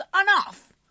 enough